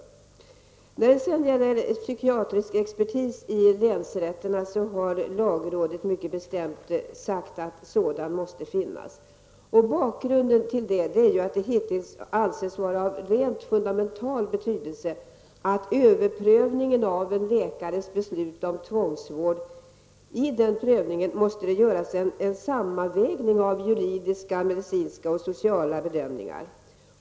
Lagrådet har mycket bestämt sagt att psykiatrisk expertis måste finnas i länsrätterna. Bakgrunden till det är att det hittills har ansetts vara av rent fundamental betydelse att det i överprövningen av en läkares beslut om tvångsvård måste göras en sammanvägning av juridiska, medicinska och sociala bedömningar.